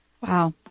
Wow